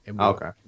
Okay